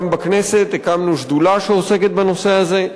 גם בכנסת הקמנו שדולה שעוסקת בנושא הזה,